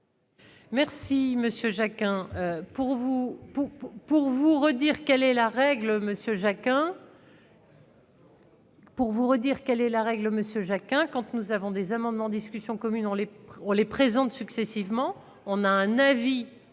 Monsieur Jacquin. Pour vous redire quelle est la règle Monsieur Jacquin, quand nous avons des amendements en discussion commune, on est, on les présente successivement, on a un avis de